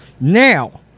Now